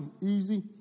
easy